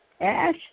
Ash